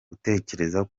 gutekerezaho